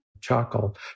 charcoal